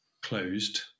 closed